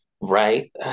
right